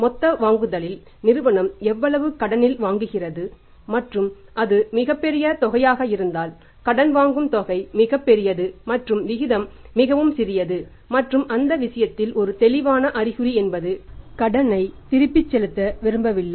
மொத்த வாங்குதலில் நிறுவனம் எவ்வளவு கடனில் வாங்குகிறது மற்றும் அது மிகப் பெரிய தொகையாக இருந்தால் கடன் வாங்கும் தொகை மிகப் பெரியது மற்றும் விகிதம் மிகவும் சிறியது மற்றும் அந்த விஷயத்தில் ஒரு தெளிவான அறிகுறி என்பது கடனை செலுத்த விரும்பவில்லை